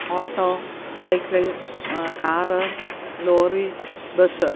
auto cycle car lorry bus